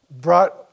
brought